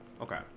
Okay